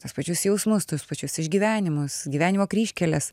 tuos pačius jausmus tuos pačius išgyvenimus gyvenimo kryžkeles